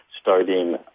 starting